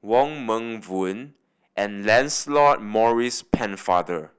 Wong Meng Voon and Lancelot Maurice Pennefather